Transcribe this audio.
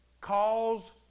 calls